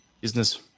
business